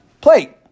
plate